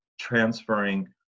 transferring